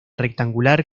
rectangular